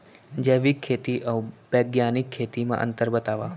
जैविक खेती अऊ बैग्यानिक खेती म अंतर बतावा?